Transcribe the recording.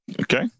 Okay